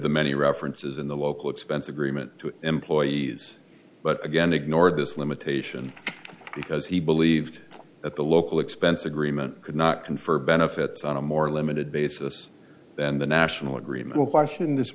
the many references in the local expense agreement to employees but again ignored this limitation because he believed that the local expense agreement could not confer benefits on a more limited basis than the national agreement